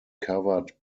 covered